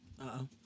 Uh-oh